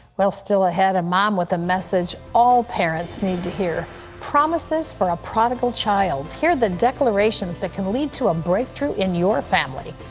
well, still ahead, a mom with a message all parents need to hear promises for a prodigal child. hear the declarations that could lead to a breakthrough in your family,